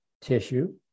tissue